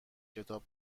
کتاب